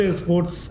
sports